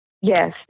Yes